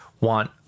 want